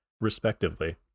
respectively